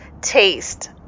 taste